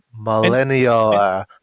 millennial